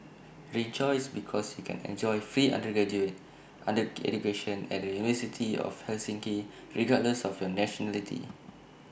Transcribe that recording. rejoice because you can enjoy free undergraduate under education at the university of Helsinki regardless of your nationality